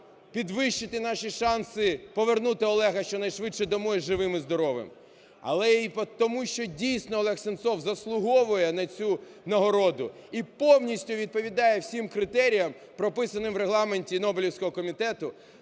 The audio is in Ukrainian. підвищити наші шанси повернути Олега щонайшвидше додому живим і здоровим, але й тому, що дійсно Олег Сенцов заслуговує на цю нагороду і повністю відповідає всім критеріям, прописаним у Регламенті Нобелівського комітету,